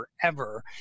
forever